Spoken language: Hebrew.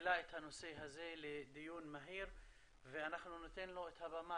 שהעלה את הנושא הזה לדיון מהיר ואנחנו ניתן לו את הבמה